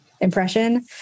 impression